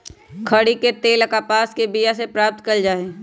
खरि के तेल कपास के बिया से प्राप्त कएल जाइ छइ